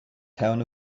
town